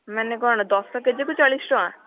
ମାନେ କ'ଣ ଦଶ କେଜିକୁ ଚାଳିଶ ଟଙ୍କା